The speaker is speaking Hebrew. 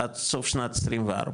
עד סוף שנת 24,